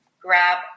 grab